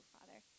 Father